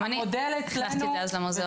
גם אני הכנסתי את זה אז למוזיאון.